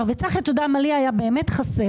צחי, אתה יודע מה לי היה באמת חסר?